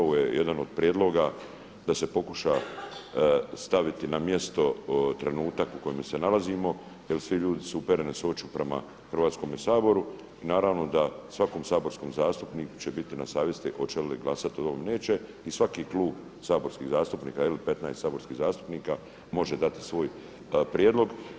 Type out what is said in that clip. Ovo je jedan od prijedloga da se pokuša staviti na mjesto trenutak u kojem se nalazimo jel svi ljudi su uperene su oči prema Hrvatskome saboru i naravno da svakom saborskom zastupniku će biti na savjesti hoće li glasati o ovome ili neće i svaki klub saborskih zastupnika ili 15 saborskih zastupnika može dati svoj prijedlog.